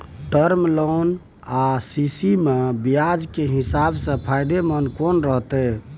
Term loan आ CC म ब्याज के हिसाब से फायदेमंद कोन रहते?